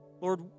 Lord